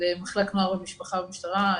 למחלק נוער במשפחה במשטרה,